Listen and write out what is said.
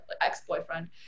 ex-boyfriend